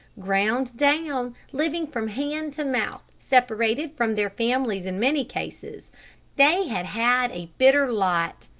ground down, living from hand to mouth, separated from their families in many cases they had had a bitter lot.